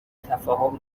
تفاهم